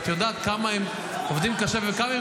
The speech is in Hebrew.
ואת יודעת כמה הם עובדים קשה וכמה הם